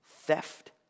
theft